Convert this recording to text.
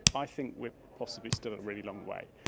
i think we are possibly still a really long way.